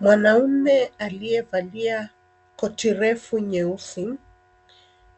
Mwanaume aliyevalia koti refu nyeusi